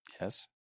Yes